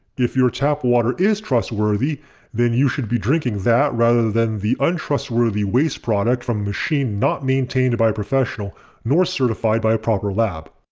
if your tap water is trustworthy then you should be drinking that rather than the untrustworthy waste product from a machine not maintained by a professional nor certified by a proper lab.